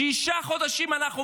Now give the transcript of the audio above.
שישה חודשים אנחנו במלחמה,